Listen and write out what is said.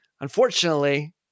Unfortunately